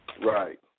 Right